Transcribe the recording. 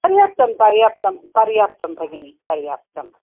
पर्याप्तं पर्याप्तं पर्याप्तं भगिनी पर्याप्तम्